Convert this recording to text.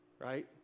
Right